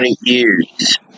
years